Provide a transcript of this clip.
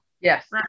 Yes